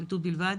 הפרקליטות בלבד.